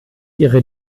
ihre